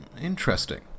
Interesting